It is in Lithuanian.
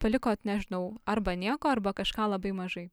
palikot nežinau arba nieko arba kažką labai mažai